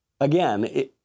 again